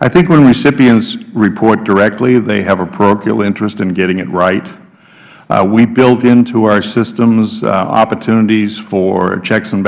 i think when recipients report directly they have a parochial interest in getting it right we built into our systems opportunities for checks and